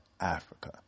Africa